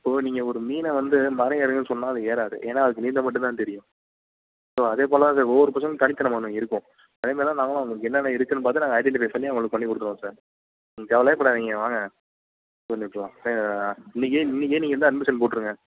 இப்போது நீங்கள் ஒரு மீனை வந்து மரம் ஏறுங்கன்னு சொன்னால் அது ஏறாது ஏன்னா அதுக்கு நீந்த மட்டுந்தான் தெரியும் ஸோ அதே போல் தான் சார் ஒவ்வொரு பசங்களுக்கும் தனித்திறமை இருக்கும் அதுமாரி தான் நாங்களும் அவுங்களுக்கு என்னென்ன இருக்குதுன்னு பார்த்து நாங்கள் ஐடிண்டிஃபை அவுங்களுக்கு பண்ணி கொடுத்துருவோம் சார் நீங்கள் கவலையே படாதீங்க வாங்க ஒரு நிம்ஷம் இன்றைக்கே இன்றைக்கே நீங்கள் வந்து அட்மிஷன் போட்டுருங்க